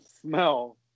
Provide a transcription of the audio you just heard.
smell